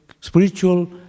spiritual